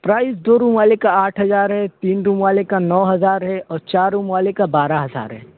price دو room والے کا آٹھ ہزار ہے تین روم والے کا نو ہزار ہے اور چار روم والے کا بارہ ہزار ہے